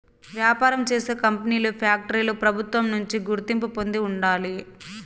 వ్యాపారం చేసే కంపెనీలు ఫ్యాక్టరీలు ప్రభుత్వం నుంచి గుర్తింపు పొంది ఉండాలి